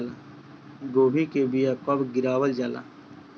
गोभी के बीया कब गिरावल जाला?